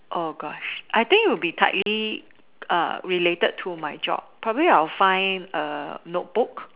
oh Gosh I think it would be tightly related to my job I think I will probably find a notebook